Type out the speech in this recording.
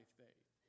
faith